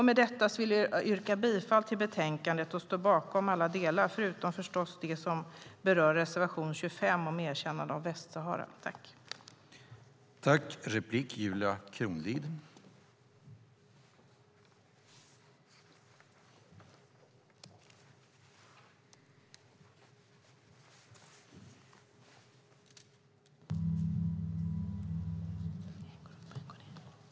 Med detta vill jag yrka bifall till förslaget i betänkandet vars alla delar jag står bakom förutom förstås det som berör reservation 25 om erkännande av Västsahara som stat.